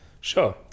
Sure